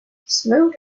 smoot